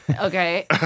okay